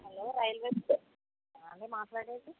hello railway booking అండి మాట్లాడేది